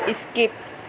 skip